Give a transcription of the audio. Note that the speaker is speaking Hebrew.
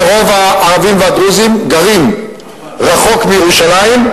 רוב הערבים והדרוזים גרים רחוק מירושלים,